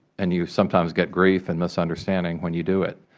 and you sometimes get grief and misunderstanding when you do it.